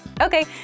Okay